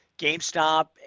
GameStop